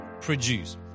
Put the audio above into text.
produce